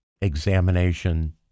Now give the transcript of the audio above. examination